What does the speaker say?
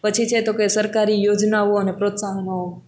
પછી છે તો કે સરકારી યોજનાઓ અને પ્રોત્સાહનો